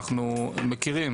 אנחנו מכירים